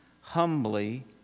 humbly